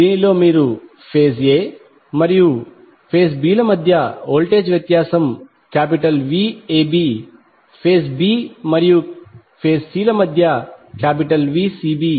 దీనిలో మీరు phase a మరియు b ల మధ్య వోల్టేజ్ వ్యత్యాసం Vab ఫేజ్ b మరియు c మధ్య Vcb